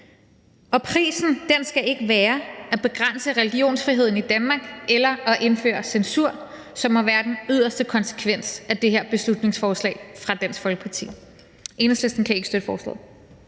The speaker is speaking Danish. og prisen skal ikke være at begrænse religionsfriheden i Danmark eller at indføre censur, som må være den yderste konsekvens af det her beslutningsforslag fra Dansk Folkeparti. Enhedslisten kan ikke støtte forslaget.